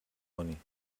کنی